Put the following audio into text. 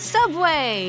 Subway